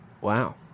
Wow